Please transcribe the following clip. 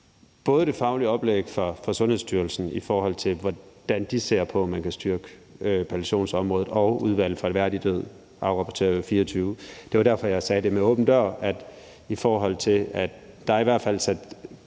Både det faglige oplæg fra Sundhedsstyrelsen, i forhold til hvordan de ser på at man kan styrke palliationsområdet, og Udvalget for en mere værdig død afrapporterer jo i 2024; det var derfor, jeg sagde det med en åben dør. Der er i hvert fald sat